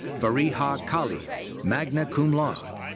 fariha khalid, magna cum laude.